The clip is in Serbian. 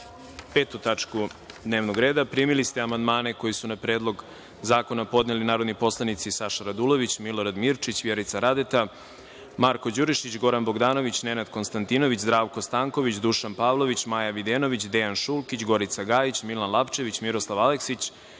5. tačku dnevnog reda. Primili ste amandmane na Predlog zakona podneli narodni poslanici Saša Radulvić, Milorad Mirčić, Vjerica Radeta, Marko Đurišić, Goran Bogdanović, Nenad Konstantinović, Zdravko Stanković, Dušan Pavlović, Maja Videnović, Dejan Šulkić, Gorica Gajić, Milan Lapčević, Miroslav Aleksić,